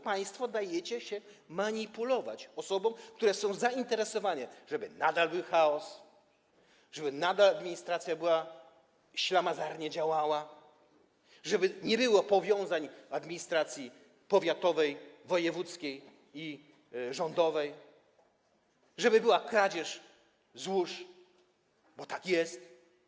Państwo dajecie się manipulować osobom, które są zainteresowane tym, żeby nadal był chaos, żeby nadal administracja ślamazarnie działała, żeby nie było powiązań administracji powiatowej, wojewódzkiej i rządowej, żeby była kradzież złóż, bo tak jest.